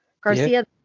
Garcia